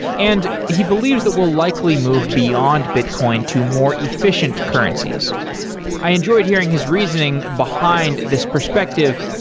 and he believes that we'll likely move beyond bitcoin to more efficient currencies i enjoyed hearing his reasoning behind this perspective.